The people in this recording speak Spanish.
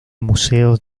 museos